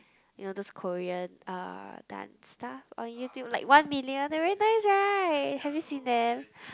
you know those Korean uh dance stuff on YouTube like one million they are very nice right have you seen them